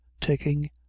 taking